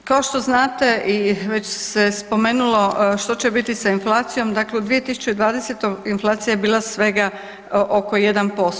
Da, kao što znate, i već se spomenulo što će biti sa inflacijom, dakle u 2020. inflacija je svega oko 1%